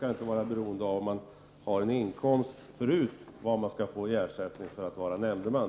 Vad man skall få i ersättning för att vara nämndeman skall inte vara beroende av om man har en inkomst förut.